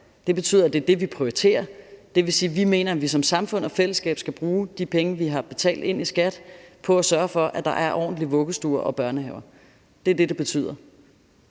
det betyder, at det er det, vi prioriterer. Det vil sige, at vi mener, at vi som samfund og fællesskab skal bruge de penge, vi har betalt ind i skat, på at sørge for, at der er ordentlige vuggestuer og børnehaver. Det er det, det betyder.